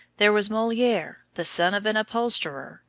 there was moliere, the son of an upholsterer,